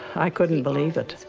i couldn't believe that.